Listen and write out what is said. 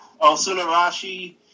Osunarashi